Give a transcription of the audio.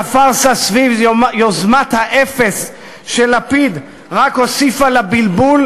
והפארסה סביב יוזמת האפס של לפיד רק הוסיפה לבלבול,